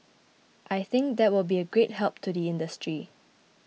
I think that will be a great help to the industry